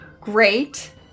Great